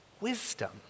wisdom